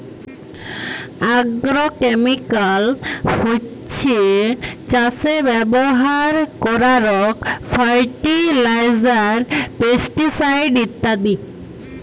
agrochemical হছ্যে চাসে ব্যবহার করারক ফার্টিলাইজার, পেস্টিসাইড ইত্যাদি